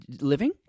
Living